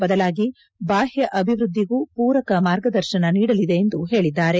ಬದಲಾಗಿ ಬಾಹ್ಯ ಅಭಿವ್ವದ್ದಿಗೂ ಪೂರಕ ಮಾರ್ಗದರ್ಶನ ನೀಡಲಿದೆ ಎಂದು ಹೇಳಿದ್ದಾರೆ